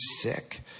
sick